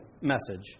message